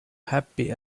happy